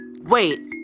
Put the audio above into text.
Wait